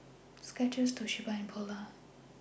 Skechers Toshiba and Polar